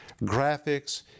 graphics